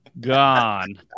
Gone